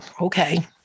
okay